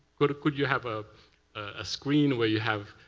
could could you have ah a screen where you have